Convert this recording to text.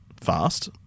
fast